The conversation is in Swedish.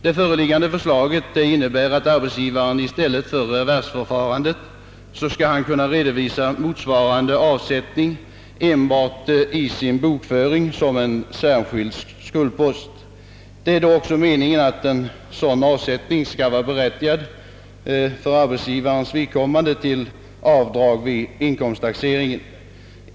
Det föreliggande förslaget innebär att arbetsgivaren i stället för att överlämna en revers till en stiftelse skall kunna redovisa motsvarande avsättning enbart i sin bokföring som en särskild skuldpost. Det är då också meningen att en sådan avsättning skall berättiga arbetsgivaren till avdrag vid inkomsttaxeringen.